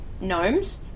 gnomes